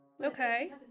Okay